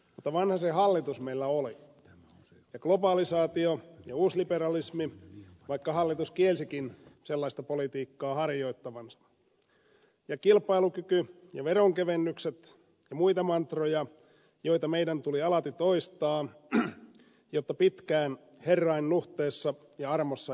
mutta vanhasen hallitus meillä oli ja globalisaatio ja uusliberalismi vaikka hallitus kielsikin sellaista politiikkaa harjoittavansa ja kilpailukyky ja veronkevennykset ja muita mantroja joita meidän tuli alati toistaa jotta pitkään herrain nuhteessa ja armossa eläisimme